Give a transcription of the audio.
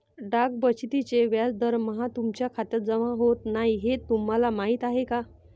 डाक बचतीचे व्याज दरमहा तुमच्या खात्यात जमा होत नाही हे तुम्हाला माहीत आहे का?